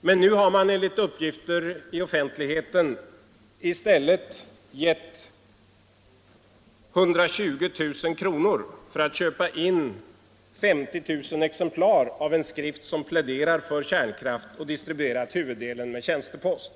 men nu har man enligt uppgifter till offentligheten i stället givit 120 000 kr. för inköp av 50 000 exemplar av en skrift, som pläderar för kärnkraft och som distribueras huvudsakligen med tjänstepost.